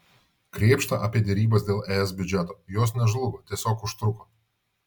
krėpšta apie derybas dėl es biudžeto jos nežlugo tiesiog užtruko